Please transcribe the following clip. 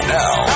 now